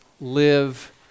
live